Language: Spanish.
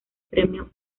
premio